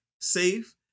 safe